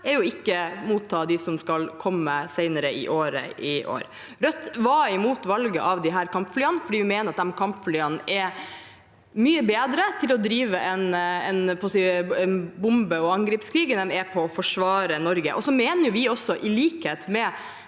er å ikke motta dem som skal komme senere i år. Rødt var imot valget av disse kampflyene fordi vi mener at de er mye bedre til å drive en bombe- og angrepskrig enn de er til å forsvare Norge. Vi mener også, i likhet med